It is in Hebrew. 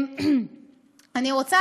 אני רוצה